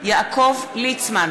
יעקב ליצמן,